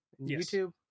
youtube